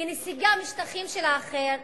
כנסיגה משטחים של האחר,